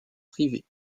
privé